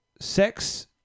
sex